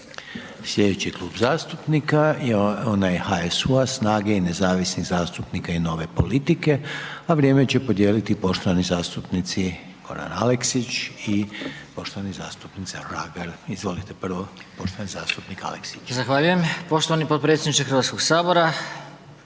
Sljedeći Klub zastupnika je onaj HSU-a, SNAGA-e i Nezavisnih zastupnika i nove politike, a vrijeme će podijeliti poštovani zastupnici Goran Aleksić i poštovani zastupnik Žagar. Izvolite, prvo poštovani zastupnik Aleksić. **Aleksić, Goran (SNAGA)** Zahvaljujem poštovani podpredsjedniče Hrvatskog sabora,